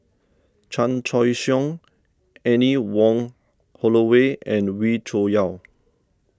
Chan Choy Siong Anne Wong Holloway and Wee Cho Yaw